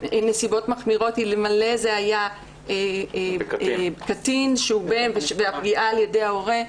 נסיבות מחמירות אלמלא זה היה קטין והפגיעה על ידי ההורה,